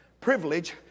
privilege